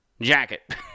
jacket